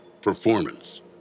Performance